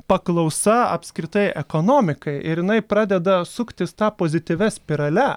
paklausa apskritai ekonomikai ir jinai pradeda suktis ta pozityvia spirale